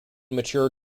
mature